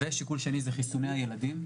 ושיקול שני זה חיסוני הילדים.